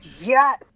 Yes